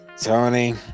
Tony